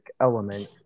element